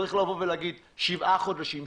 צריך להגיד שבעה חודשים,